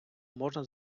можна